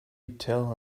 tell